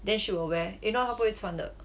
then she will wear if not 她不会穿的